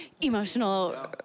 emotional